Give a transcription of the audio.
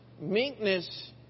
Meekness